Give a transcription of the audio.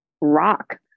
rock